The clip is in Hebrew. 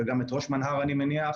גם את ראש מנה"ר אני מניח,